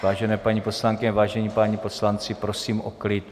Vážené paní poslankyně, vážení páni poslanci, prosím o klid.